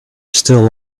still